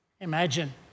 Imagine